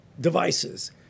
devices